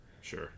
Sure